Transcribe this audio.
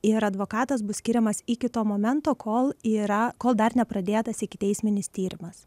ir advokatas bus skiriamas iki to momento kol yra kol dar nepradėtas ikiteisminis tyrimas